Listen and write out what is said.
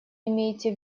имеете